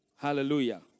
Hallelujah